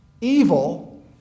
evil